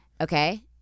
okay